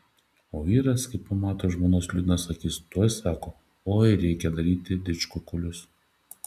o vyras kai pamato žmonos liūdnas akis tuoj sako oi reikia daryti didžkukulius